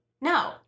No